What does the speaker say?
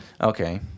Okay